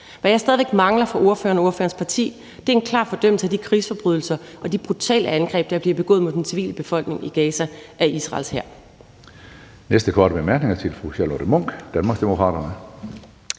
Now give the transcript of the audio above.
Hvad jeg stadig væk mangler fra ordføreren og ordførerens parti, er en klar fordømmelse af de krigsforbrydelser og de brutale angreb, der bliver begået mod den civile befolkning i Gaza af Israels hær.